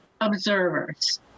Observers